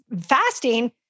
fasting